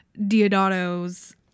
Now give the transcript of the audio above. Diodato's